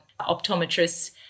optometrists